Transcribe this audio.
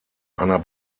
einer